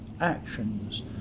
actions